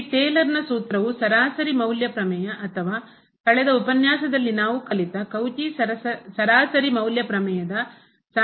ಈ ಟೇಲರ್ನ ಸೂತ್ರವು ಸರಾಸರಿ ಮೌಲ್ಯ ಪ್ರಮೇಯ ಅಥವಾ ಕಳೆದ ಉಪನ್ಯಾಸದಲ್ಲಿ ನಾವು ಕಲಿತ ಕೌಚಿಯ ಸರಾಸರಿ ಮೌಲ್ಯ ಪ್ರಮೇಯದ ಸಾಮಾನ್ಯೀಕರಣ ಆಗಿರುತ್ತದೆ